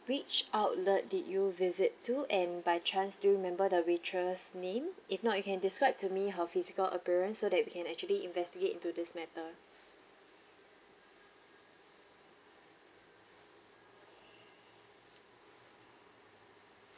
which outlet did you visit to and by chance do you remember the waitress name if not you can describe to me her physical appearance so that we can actually investigate into this matter